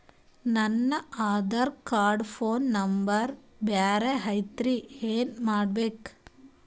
ನನ Aadhaar card phone number ಬ್ಯಾರೆ ಐತ್ರಿ ಏನ ಮಾಡಬೇಕು?